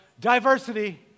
diversity